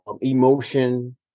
emotion